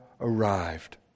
arrived